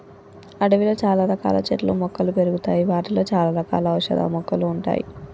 అడవిలో చాల రకాల చెట్లు మొక్కలు పెరుగుతాయి వాటిలో చాల రకాల ఔషధ మొక్కలు ఉంటాయి